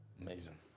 Amazing